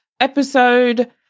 episode